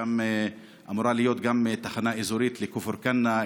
אמורה להיות גם תחנה אזורית לכפר כנא,